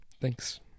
Thanks